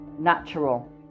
natural